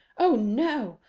oh, no!